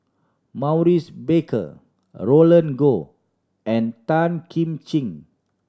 Maurice Baker a Roland Goh and Tan Kim Ching